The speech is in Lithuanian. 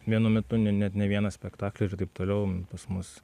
vienu metu ne net ne vieną spektaklį ir taip toliau pas mus